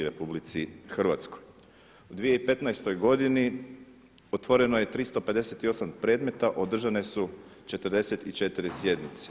U 2015. godini otvoreno je 358 predmeta, održane su 44 sjednice.